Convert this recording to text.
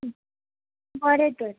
बरें तर